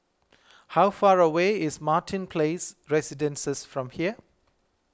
how far away is Martin Place Residences from here